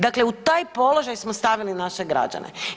Dakle u taj položaj smo stavili naše građane.